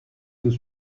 tout